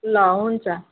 ल हुन्छ